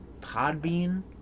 Podbean